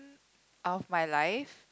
of my life